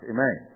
Amen